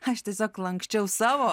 aš tiesiog lanksčiau savo